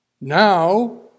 Now